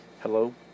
Hello